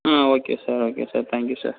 ah okay sir okay sir thank you sir